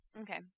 Okay